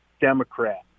Democrat